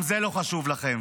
גם זה לא חשוב לכם,